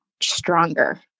stronger